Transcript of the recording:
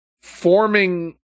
forming